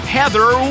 Heather